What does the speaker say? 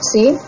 See